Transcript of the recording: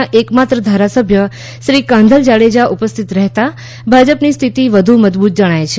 ના એકમાત્ર ધારાસભ્ય શ્રી કાંધલ જાડેજા ઉપસ્થિત રહેતા ભાજપની સ્થિતિ વધુ મજબૂત જણાય છે